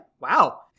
Wow